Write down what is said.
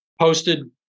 Posted